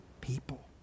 people